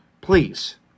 Please